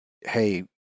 hey